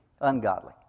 ungodly